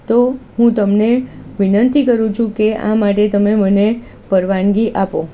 તો હું તમને વિનંતી કરુ છું કે આ માટે તમે મને પરવાનગી આપો